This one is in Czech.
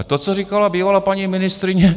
To, co říkala bývalá paní ministryně.